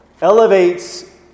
elevates